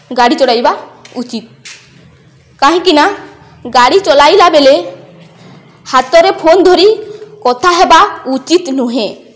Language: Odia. ଗାଡ଼ି ଚଳାଇବା ଉଚିତ କାହିଁକି ନା ଗାଡ଼ି ଚଳାଇଲା ବେଲେ ହାତରେ ଫୋନ ଧରି କଥା ହେବା ଉଚିତ ନୁହେଁ